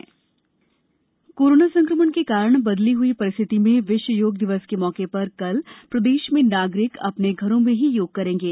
योग दिवस कोरोना संक्रमण के कारण बदली हुई परिस्थितियों में विश्व योग दिवस के मौके पर कल प्रदेश में नागरिक अपने घरों में ही योग करेंगे